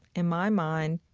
in my mind,